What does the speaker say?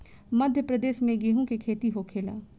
मध्यप्रदेश में गेहू के खेती होखेला